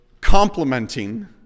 complementing